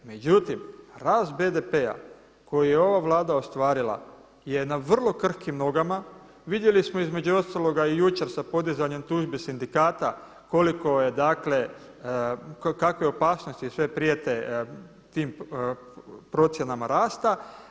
Međutim, rast BDP-a koji je ova Vlada ostvarila je na vrlo krhkim nogama, vidjeli smo između ostaloga i jučer sa podizanjem tužbi sindikata koliko je dakle, kakva opasnosti sve prijete tim procjenama rasta.